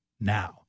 now